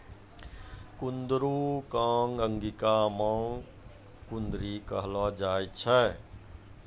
कुंदरू कॅ अंगिका मॅ कुनरी कहलो जाय छै